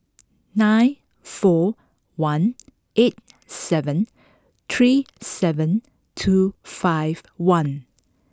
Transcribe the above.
nine four one eight seven three seven two five one